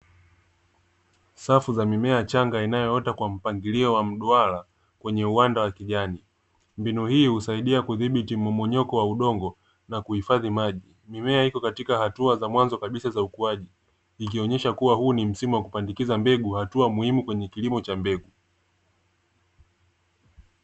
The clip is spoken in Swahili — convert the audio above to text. Safu za mimea changa inayoota kwa mpangilio wa mduara kwenye uwanda wa kijani, mbinu hii husaidia kuthibiti mmomonyoko wa udongo na kuhifadhi maji. Mimea iko Katika hatua za mwanzo kabisa za ukuaji ikionesha kuwa huu ni msimu wa kupandikiza mbegu hatua muhimu katika ukuaji wa mbegu.